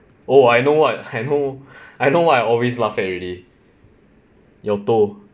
oh I know what I know I know what I always laugh at already your toe